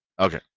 Okay